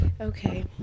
Okay